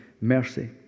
mercy